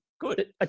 Good